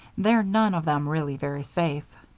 they're none of them really very safe.